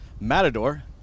Matador